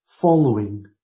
following